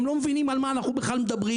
לא מבינים על מה אנחנו מדברים.